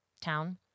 town